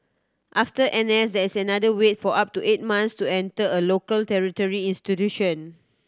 after N S there is another wait of up to eight months to enter a local tertiary institution